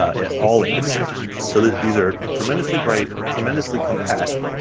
at all in x-rays. so these are tremendously bright, tremendously compact,